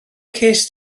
cest